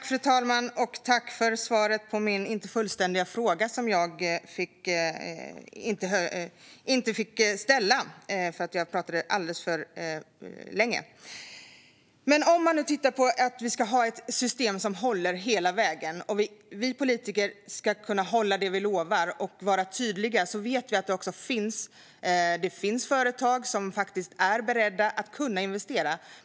Fru talman! Jag tackar för svaret på min fråga, som inte var fullständig. Om vi ska ha ett system som håller hela vägen, och om vi politiker ska kunna hålla det som vi lovar och vara tydliga, vet vi att det också finns företag som faktiskt är beredda att investera.